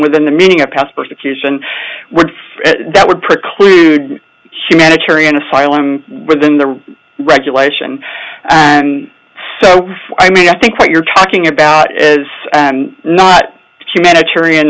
within the meaning of past persecution would that would preclude humanitarian asylum within the regulation and i mean i think what you're talking about is not humanitarian